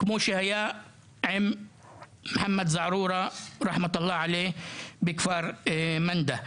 כמו שהיה עם מוחמד זערורא ורחמה תלעלא בכפר מנדא.